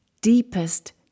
deepest